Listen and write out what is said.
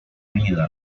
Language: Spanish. vida